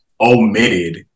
omitted